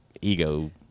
ego-